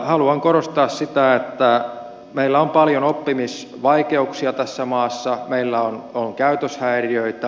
haluan korostaa sitä että meillä on paljon oppimisvaikeuksia tässä maassa meillä on käytöshäiriöitä